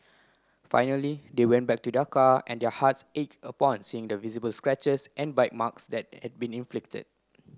finally they went back to their car and their hearts ache upon seeing the visible scratches and bite marks that had been inflicted